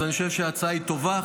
אני חושב שההצעה היא טובה,